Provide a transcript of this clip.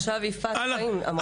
הייתה פה עכשיו יפעת חיים ואמרה.